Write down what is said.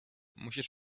musisz